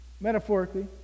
metaphorically